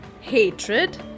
hatred